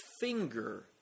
finger